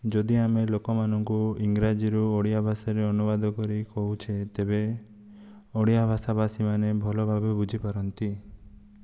ଯଦି ଆମେ ଲୋକମାନଙ୍କୁ ଇଂରାଜୀରୁ ଓଡ଼ିଆ ଭାଷାରେ ଅନୁବାଦ କରି କହୁଛେ ତେବେ ଓଡ଼ିଆ ଭାଷାଭାଷୀ ମାନେ ଭଲ ଭାବେ ବୁଝିପାରନ୍ତି